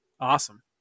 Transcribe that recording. Awesome